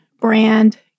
brand